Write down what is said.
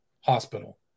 Hospital